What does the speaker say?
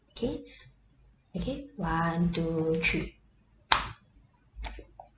okay okay one two three